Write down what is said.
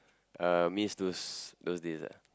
uh miss those those days ah